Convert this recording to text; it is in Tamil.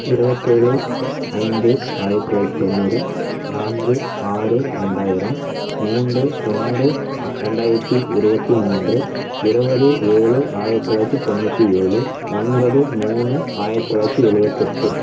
இருபத்தேழு ஐந்து ஆயிரத்து தொள்ளாயிரத்து தொண்ணூறு நான்கு ஆறு ரெண்டாயிரம் மூன்று ரெண்டு ரெண்டாயிரத்து இருபத்தி மூன்று இருவது ஏழு ஆயிரத்து தொள்ளாயிரத்து தொண்ணூற்றி ஏழு ஒன்பது மூணு ஆயிரத்து தொள்ளாயிரத்து எழுபத்தெட்டு